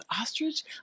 ostrich